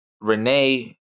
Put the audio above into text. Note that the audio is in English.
Renee